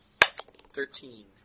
Thirteen